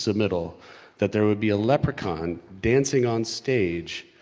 submitted that there would be a leprechaun dancing on stage.